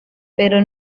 pero